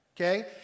Okay